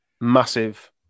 massive